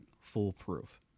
foolproof